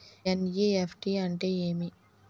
NEFT అంటే ఏమి